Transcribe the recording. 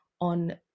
on